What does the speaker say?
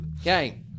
Okay